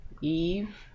Eve